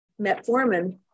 metformin